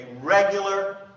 regular